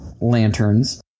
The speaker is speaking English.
lanterns